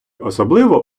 особливо